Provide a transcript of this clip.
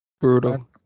Brutal